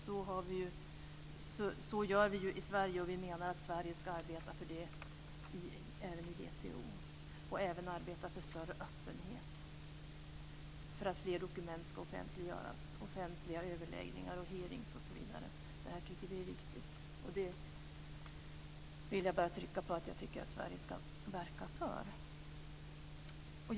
Så gör vi ju i Sverige, och vi menar att Sverige bör arbeta för det även i WTO. Sverige bör också arbeta för större öppenhet, för att fler dokument ska offentliggöras, för att man har fler offentliga överläggningar, hearingar osv. Detta tycker vi är viktigt, så jag vill trycka på att vi vill att Sverige ska verka för detta.